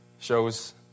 shows